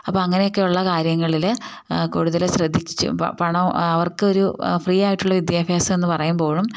അപ്പം അങ്ങനെയൊക്കെയുള്ള കാര്യങ്ങളിൽ കൂടുതൽ ശ്രദ്ധിച്ചും പണം അവർക്ക് ഒരു ഫ്രീ ആയിട്ടുള്ള വിദ്യാഭ്യാസം എന്ന് പറയുമ്പോഴും